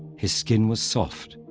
his skin was soft,